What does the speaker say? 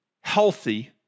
healthy